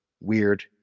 weird